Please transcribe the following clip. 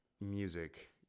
music